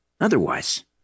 Otherwise